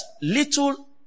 little